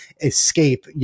escape